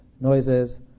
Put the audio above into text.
noises